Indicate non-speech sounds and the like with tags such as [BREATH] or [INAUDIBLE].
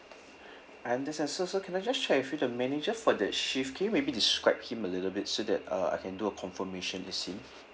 [BREATH] I understand sir so can I just check with you the manager for that shift can you maybe describe him a little bit so that uh I can do a confirmation it's him